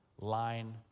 line